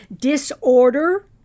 disorder